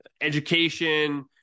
education